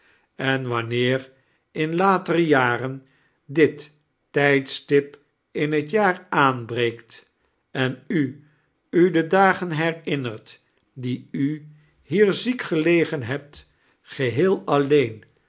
en wanneer in latere jaren dit tijdstip in het jaar aanbreekt en u u de dagen herinnert die u hier ziek gelegen hebt geheel alleen